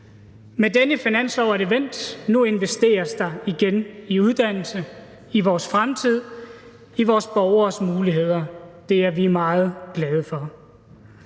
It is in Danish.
Med denne finanslov er det vendt, så nu investeres der igen i uddannelse, i vores fremtid, i vores borgeres muligheder. Det er vi meget glade for.